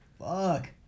Fuck